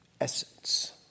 essence